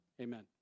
amen